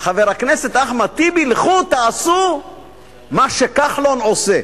חבר הכנסת אחמד טיבי: לכו תעשו מה שכחלון עושה.